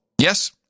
Yes